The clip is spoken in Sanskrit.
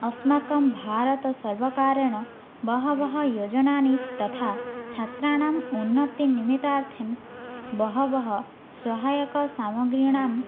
अस्माकं भारतसर्वकारेण बहवः योजनानि तथा छात्राणाम् उन्नतिनिमित्तार्थं बहवः सहायकसामग्रीणां